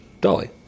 Dolly